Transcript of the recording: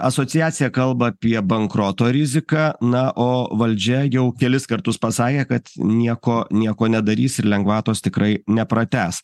asociacija kalba apie bankroto riziką na o valdžia jau kelis kartus pasakė kad nieko nieko nedarys ir lengvatos tikrai nepratęs